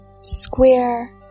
square